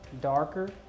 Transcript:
darker